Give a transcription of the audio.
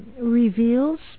reveals